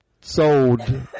sold